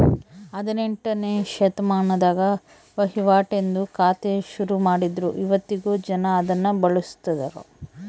ಹದಿನೆಂಟ್ನೆ ಶತಮಾನದಾಗ ವಹಿವಾಟಿಂದು ಖಾತೆ ಶುರುಮಾಡಿದ್ರು ಇವತ್ತಿಗೂ ಜನ ಅದುನ್ನ ಬಳುಸ್ತದರ